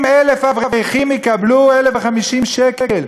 70,000 אברכים יקבלו 1,050 שקל.